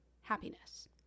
happiness